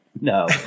No